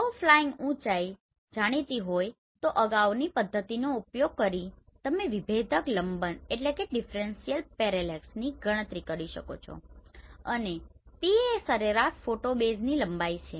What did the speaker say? જો ફ્લાઈંગ ઊચાઈ જાણીતી હોય તો અગાઉની પદ્ધતિનો ઉપયોગ કરીને તમે વિભેદક લંબનની ગણતરી કરી શકો છો અને P એ સરેરાશ ફોટો બેઝ લંબાઈ છે